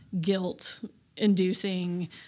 guilt-inducing